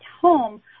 home